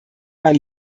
man